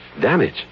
Damage